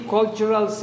Cultural